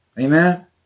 Amen